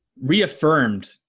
reaffirmed